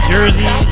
Jersey